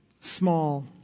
small